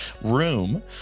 room